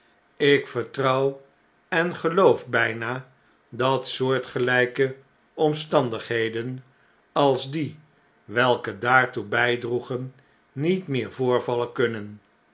ik vertrouw en geloof bjna dat soortgelpe omstandigheden als die welke daartoehjjdroegen niet meer voorvallen kunnen